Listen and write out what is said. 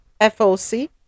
foc